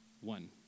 One